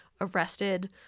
arrested